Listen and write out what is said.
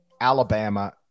Alabama